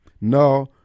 No